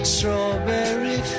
Strawberry